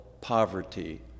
poverty